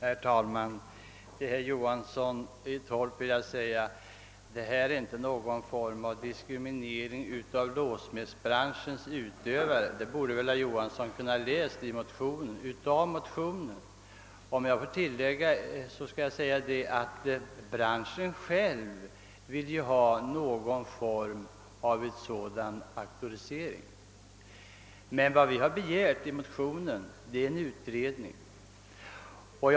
Herr talman! Vår motion innebär inte, herr Johansson i Torp, någon diskriminering av låssmedsbranschens utövare. Det borde herr Johansson ha kunnat läsa ut ur motionen. Branschen själv vill för övrigt ha någon form av auktorisation. Vad vi begärt i motionen är att frågan skall utredas.